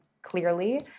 Clearly